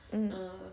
mm